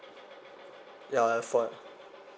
ya for